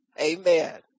Amen